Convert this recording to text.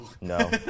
No